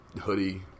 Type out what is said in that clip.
hoodie